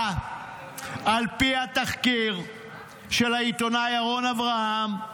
אתה, על פי התחקיר של העיתונאי ירון אברהם,